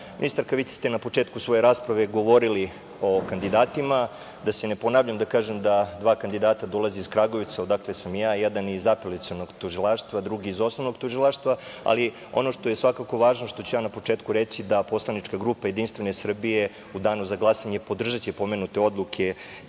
vi ste na početku svoje rasprave govorili o kandidatima, da se ne ponavljam. Rekao bih da dva kandidata dolaze iz Kragujevca, odakle sam i ja, jedan iz Apelacionog tužilaštva, drugi iz Osnovnog tužilaštva, ali ono što je svakako važno, što ću ja na početku reći, da će poslanička grupa Jedinstvene Srbije u danu za glasanje podržati pomenute odluke kada je